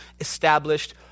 established